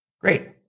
Great